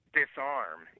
disarm